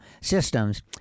systems